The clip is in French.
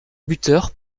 buteur